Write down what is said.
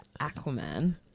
Aquaman